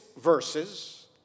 verses